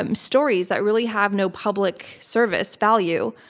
um stories that really have no public service value.